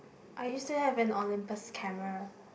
I used to have an Olympus camera